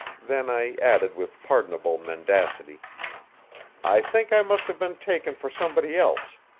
then i added with pardonable mendacity i think i must have been taken for somebody else,